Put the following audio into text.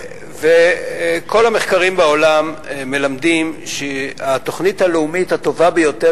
כל המחקרים בעולם מלמדים שהתוכנית הלאומית הטובה ביותר